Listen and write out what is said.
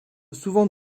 souvent